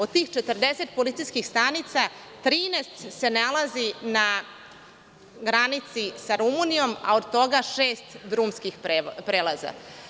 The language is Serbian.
Od tih 40 policijskih stanica 13 se nalazi na granici sa Rumunijom, a od toga na šest drumskih prelaza.